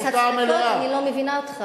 קשור בכלל במה הוא עבד?